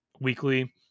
weekly